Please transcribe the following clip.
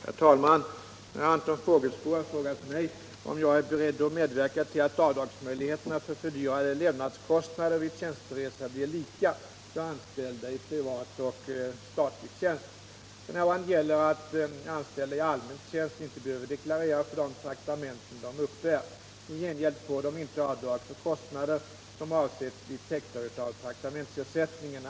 Herr talman! Anton Fågelsbo har frågat mig om jag är beredd att medverka till att avdragsmöjligheterna för fördyrade levnadskostnader vid tjänsteresa blir lika för anställda i privat och statlig tjänst. F. n. gäller att anställda i allmän tjänst inte behöver deklarera för de traktamenten de uppbär. I gengäld får de inte avdrag för kostnader som har avsetts bli täckta av traktamentsersättningen.